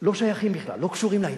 לא שייכים בכלל, לא קשורים לעניין.